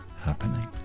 happening